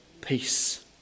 peace